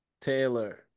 Taylor